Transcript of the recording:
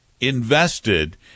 invested